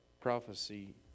prophecy